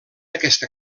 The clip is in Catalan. aquesta